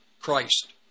Christ